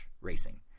racing